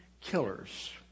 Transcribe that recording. killers